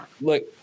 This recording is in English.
look